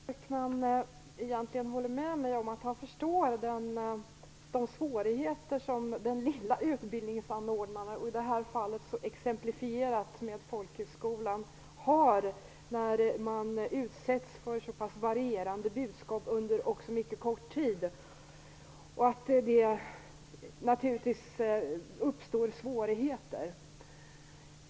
Herr talman! Jag tror att Jan Björkman egentligen håller med mig och att han förstår de svårigheter som den lilla utbildningsanordnaren, i detta fall exemplifierat med folkhögskolan, har när den utsätts för så varierande budskap under en mycket kort tid. Det uppstår naturligtvis svårigheter då.